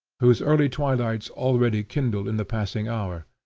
whose early twilights already kindle in the passing hour.